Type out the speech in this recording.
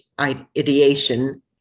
ideation